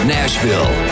Nashville